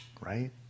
right